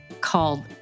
called